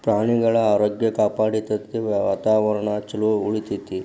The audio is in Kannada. ಪ್ರಾಣಿಗಳ ಆರೋಗ್ಯ ಕಾಪಾಡತತಿ, ವಾತಾವರಣಾ ಚುಲೊ ಉಳಿತೆತಿ